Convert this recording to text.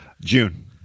June